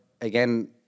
again